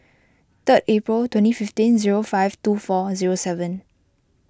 third April twenty fifteen zero five two four zero seven